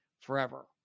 forever